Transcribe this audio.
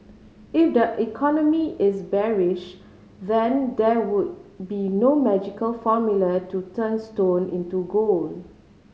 if the economy is bearish then there would be no magical formula to turn stone into gold